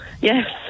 Yes